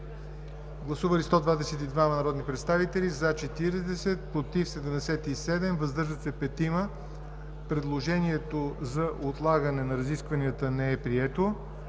Гласували 122 народни представители: за 40, против 77, въздържали се 5. Предложението за отлагане на разискванията не е прието.